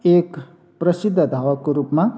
एक प्रसिद्ध धावकका रूपमा